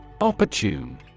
Opportune